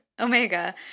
Omega